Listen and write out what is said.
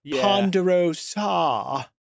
Ponderosa